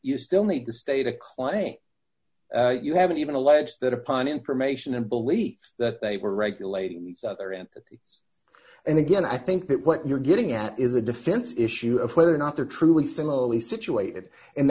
you still need to state a claim you haven't even alleged that upon information and belief that they were regulating these other entities and again i think that what you're getting at is a defense issue of whether or not they're truly similarly situated